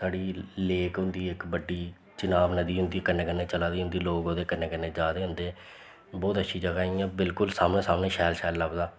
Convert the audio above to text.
साढ़ी लेक होंदी इक बड्डी चनाब नदी होंदी कन्नै कन्नै चला दी होंदी लोक ओह्दे कन्नै कन्नै कन्नै जा दे होंदे बोह्त अच्छी जगह् ऐ इयां बिलकुल सामनै शैल शैल लभदा